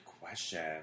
question